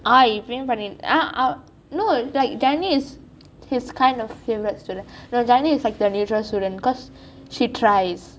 ah ah no like janani is is kind of favourite student like janani is like the natural student because she tries